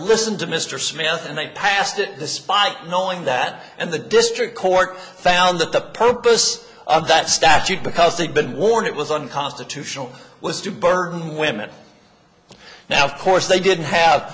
listened to mr smith and they passed it despite knowing that and the district court found that the purpose of that statute because they'd been warned it was unconstitutional was to burden women now of course they didn't have